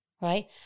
right